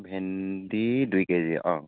ভেন্দী দুই কেজি অ